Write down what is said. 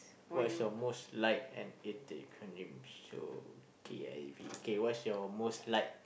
what's your most like and hated acronyms so K_I_V okay what's your most like